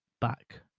back